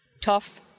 Tough